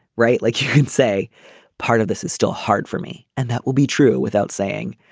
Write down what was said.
right. like you could say part of this is still hard for me and that will be true without saying